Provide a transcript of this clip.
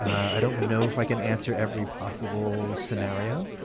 i don't know if i can answer every possible scenario.